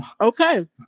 Okay